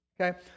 okay